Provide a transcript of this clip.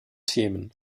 themen